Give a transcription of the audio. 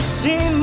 see